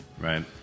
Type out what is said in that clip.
Right